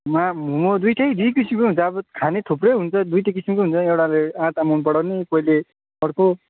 मा मोमो दुईवटै दुई किसिमको हुन्छ अब खाने थुप्रै हुन्छ दुईवटै किसिमको हुन्छ एउटाले आटा मन पराउने कोहीले अर्को